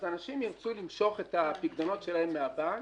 אז אנשים ירצו למשוך את הפיקדונות שלהם מהבנק,